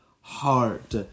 heart